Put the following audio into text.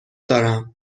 دارم